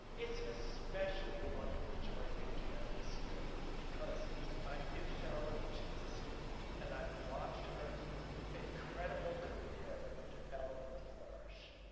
it's an especially wonderful joy for me to do that this year, because i knew sherilyn when she was a student and i've watched her incredible career develop and flourish.